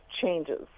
changes